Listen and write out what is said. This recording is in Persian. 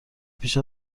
پیش